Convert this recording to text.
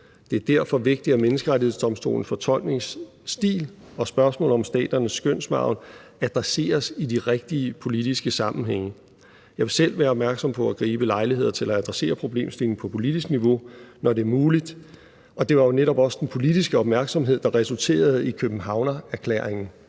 Det er derfor vigtigt, at Menneskerettighedsdomstolens fortolkningsstil og spørgsmålet om staternes skønsmargen adresseres i de rigtige politiske sammenhænge. Jeg vil selv være opmærksom på at gribe lejligheder til at adressere problemstillingen på politisk niveau, når det er muligt, og det var jo netop også den politiske opmærksomhed, der resulterede i Københavnererklæringen.